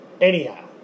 Anyhow